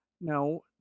No